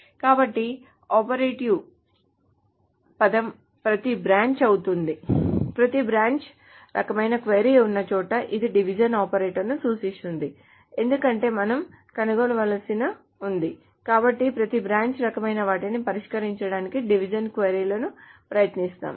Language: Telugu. కాబట్టి ఆపరేటివ్ పదం ప్రతి బ్రాంచ్ అవుతుంది ప్రతి బ్రాంచ్ రకమైన క్వరీ ఉన్నచోట ఇది డివిజన్ ఆపరేటర్ను సూచిస్తుంది ఎందుకంటే మనం కనుగొనవలసి ఉంది కాబట్టి ప్రతి బ్రాంచ్ రకమైన వాటిని పరిష్కరించడానికి డివిజన్ క్వరీ లు ప్రయత్నిస్తాయి